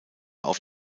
auf